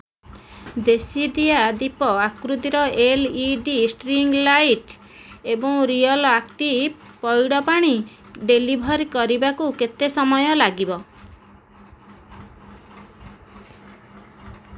ଦେଶୀଦିୟା ଦୀପ ଆକୃତିର L E D string light ଏବଂ ରିଏଲ ଆକ୍ଟିଭ ପଇଡ଼ ପାଣି ଡେଲିଭର୍ କରିବାକୁ କେତେ ସମୟ ଲାଗିବ